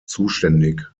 zuständig